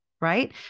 right